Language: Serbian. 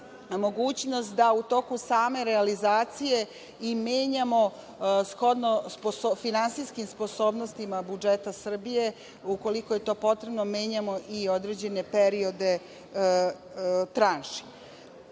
mogućnost da u toku same realizacije, shodno finansijskim sposobnostima budžeta Srbije, ukoliko je to potrebno, menjamo i određene periode tranši.Zašto